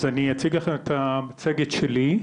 אז אני אציג לכם את המצגת שלי.